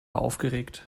aufgeregt